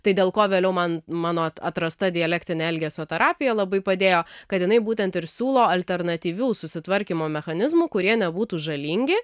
tai dėl ko vėliau man mano atrasta dialektinė elgesio terapija labai padėjo kad jinai būtent ir siūlo alternatyvių susitvarkymo mechanizmų kurie nebūtų žalingi